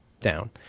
down